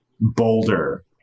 boulder